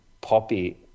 poppy